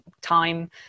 time